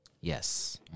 Yes